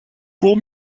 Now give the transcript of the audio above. pour